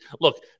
look